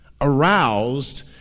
aroused